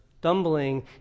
stumbling